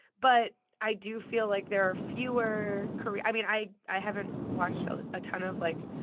but i do feel like there are fewer korean i mean, i i haven't watched so a ton of, like,